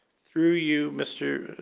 through you, mr.